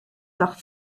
par